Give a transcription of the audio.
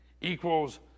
equals